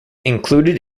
included